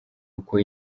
uku